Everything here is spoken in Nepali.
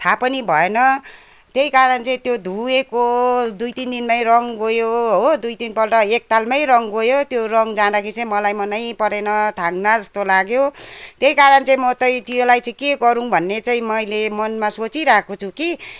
थाहा पनि भएन त्यही कारण चाहिँ त्यो धोएको दुई तिन दिनमै रङ गयो हो दुई तिनपल्ट एक तालमै रङ गयो त्यो रङ जाँदाखेरि चाहिँ मलाई मनैपरेन थाङ्ना जस्तो लाग्यो त्यही कारण चाहिँ म चाहिँ त्यसलाई चाहिँ के गरौँ भन्ने चाहिँ मैले मनमा सोचिरहेको छु कि